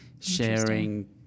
sharing